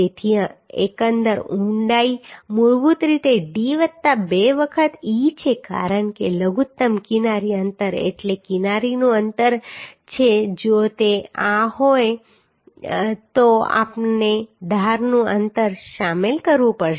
તેથી એકંદર ઊંડાઈ મૂળભૂત રીતે d વત્તા બે વખત e છે કારણ કે લઘુત્તમ કિનારી અંતર એટલે કિનારીનું અંતર છે જો તે આ હોય તો આપણે ધારનું અંતર શામેલ કરવું પડશે